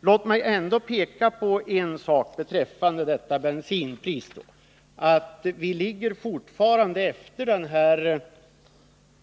Jag vill ändå peka på en sak beträffande bensinpriset. Vi ligger i Sverige fortfarande — även